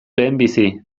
lehenbizi